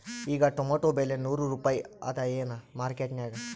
ಈಗಾ ಟೊಮೇಟೊ ಬೆಲೆ ನೂರು ರೂಪಾಯಿ ಅದಾಯೇನ ಮಾರಕೆಟನ್ಯಾಗ?